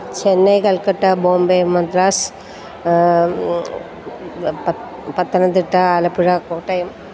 ചെന്നൈ കൽക്കട്ട ബോംബെ മദ്രാസ് പ പത്തനംതിട്ട ആലപ്പുഴ കോട്ടയം